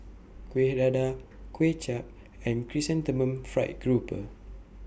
Kuih Dadar Kuay Chap and Chrysanthemum Fried Grouper